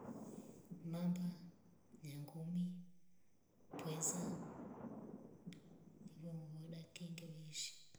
Mamba. nyangumi. pweza ivo holda kenge weisha